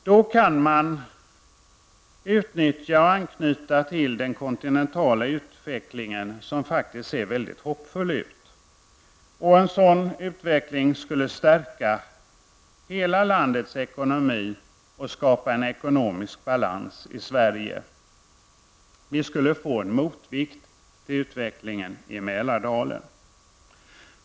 Då kan man anknyta till den kontinentala utvecklingen, som ser väldigt hoppingivande ut. En sådan här utveckling skulle stärka hela landets ekonomi och skapa en ekonomisk balans i Sverige. Vi skulle i Skåne få en motvikt till utvecklingen i Mälardalen.